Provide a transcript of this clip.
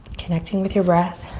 connecting with your breath,